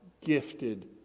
gifted